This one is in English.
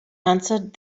answered